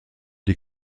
die